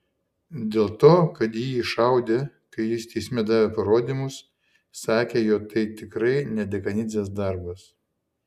dėl to kad į jį šaudė kai jis teisme davė parodymus sakė jog tai tikrai ne dekanidzės darbas